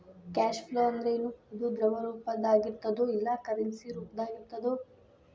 Cash flow ಅಂದ್ರೇನು? ಅದು ದ್ರವ ರೂಪ್ದಾಗಿರ್ತದೊ ಇಲ್ಲಾ ಕರೆನ್ಸಿ ರೂಪ್ದಾಗಿರ್ತದೊ?